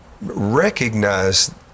recognize